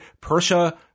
Persia